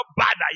bad